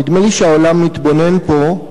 נדמה לי שהעולם מתבונן פה,